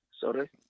sorry